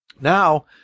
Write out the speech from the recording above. Now